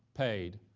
paid,